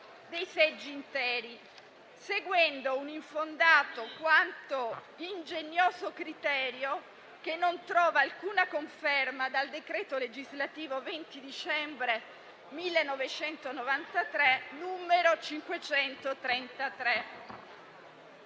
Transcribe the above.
dei seggi interi, seguendo un infondato quanto ingegnoso criterio che non trova alcuna conferma nel decreto legislativo 20 dicembre 1993, n. 533.